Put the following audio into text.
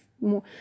more